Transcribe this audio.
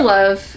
Love